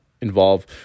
involve